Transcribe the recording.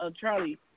Charlie